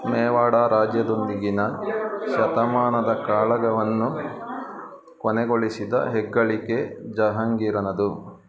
ಮೇವಾಡ ರಾಜ್ಯದೊಂದಿಗಿನ ಶತಮಾನದ ಕಾಳಗವನ್ನು ಕೊನೆಗೊಳಿಸಿದ ಹೆಗ್ಗಳಿಕೆ ಜಹಾಂಗೀರನದು